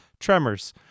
Tremors